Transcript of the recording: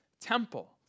temple